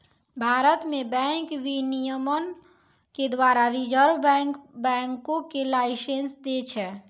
भारत मे बैंक विनियमन के द्वारा रिजर्व बैंक बैंको के लाइसेंस दै छै